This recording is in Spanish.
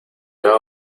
van